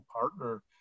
partner